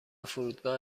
فرودگاه